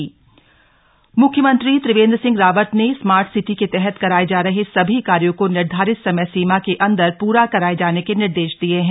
smart city CM म्ख्यमंत्री त्रिवेन्द्र सिंह रावत ने smart city के तहत कराये जा रहे सभी कार्यो को निर्धारित समयसीमा के अंदर पूरा कराए जाने के निर्देश दिए हैं